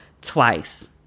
twice